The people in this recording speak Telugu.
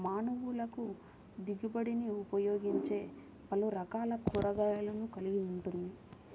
మానవులకుదిగుబడినిఉపయోగించేపలురకాల కూరగాయలను కలిగి ఉంటుంది